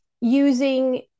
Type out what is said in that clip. using